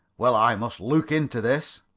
well, i must look into this.